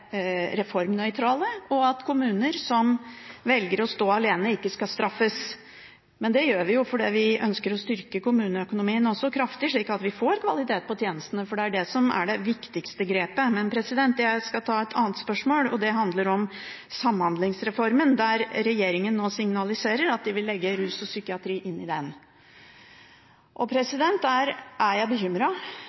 reformnøytrale, og at kommuner som velger å stå alene, ikke skal straffes. Men det gjør vi også fordi vi ønsker å styrke kommuneøkonomien kraftig, slik at vi får kvalitet på tjenestene, for det er det som er det viktigste grepet. Jeg skal ta et annet spørsmål, og det handler om Samhandlingsreformen. Regjeringen signaliserer nå at den vil legge rus og psykiatri inn i den. I den forbindelse er jeg